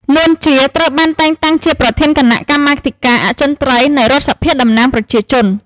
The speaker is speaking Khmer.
នួន ជា ត្រូវបានតែងតាំងជាប្រធានគណៈកម្មាធិការអចិន្ត្រៃយ៍នៃរដ្ឋសភាតំណាងប្រជាជន។